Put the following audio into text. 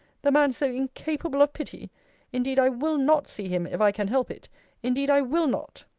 the man so incapable of pity indeed i will not see him, if i can help it indeed i will not.